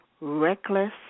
reckless